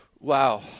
Wow